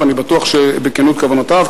ואני בטוח בכנות כוונותיו.